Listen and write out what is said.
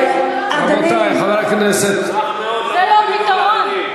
חברת הכנסת זהבה גלאון,